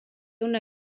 una